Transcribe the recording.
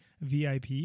VIP